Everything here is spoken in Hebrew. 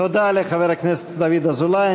תודה לחבר הכנסת דוד אזולאי.